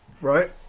Right